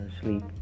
sleep